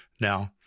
now